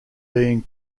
being